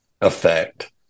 effect